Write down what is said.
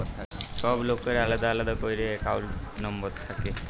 ছব লকের আলেদা আলেদা ক্যইরে একাউল্ট লম্বর থ্যাকে